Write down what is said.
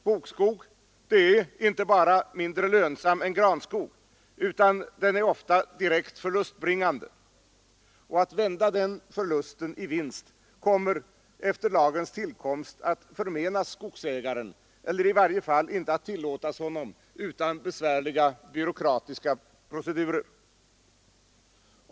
Bokskog är inte bara mindre lönsam än granskog utan också ofta direkt förlustbringande, och att vända den förlusten i vinst kommer efter lagens tillkomst att förmenas skogsägaren eller i varje fall inte tillåtas honom utan besvärliga byråkratiska procedurer.